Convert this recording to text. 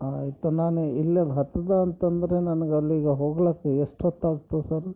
ಹಾಂ ಆಯಿತು ನಾನು ಇಲ್ಲಿಗೆ ಹತ್ತಿದೆ ಅಂತಂದರೆ ನನಗಲ್ಲಿಗೆ ಹೋಗ್ಲಿಕ್ಕೆ ಎಷ್ಟೊತ್ತಾಗುತ್ತೆ ಸರ